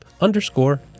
underscore